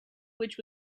which